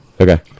Okay